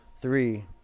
three